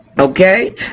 okay